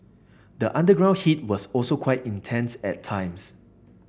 the underground heat was also quite intense at times